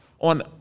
on